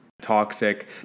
toxic